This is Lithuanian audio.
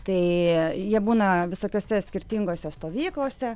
tai jie būna visokiose skirtingose stovyklose